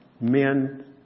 men